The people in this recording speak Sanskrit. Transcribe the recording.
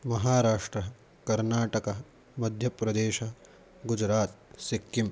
महाराष्ट्रः कर्नाटकः मध्यप्रदेश गुजरात् सिक्किम्